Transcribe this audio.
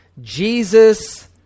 Jesus